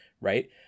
right